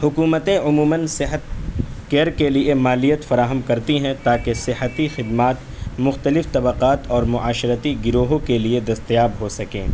حکومتیں عموماً صحت کیئر کے لیے مالیت فراہم کرتی ہیں تاکہ صحتی خدمات مختلف طبقات اور معاشرتی گروہوں کے لیے دستیاب ہو سکیں